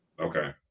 okay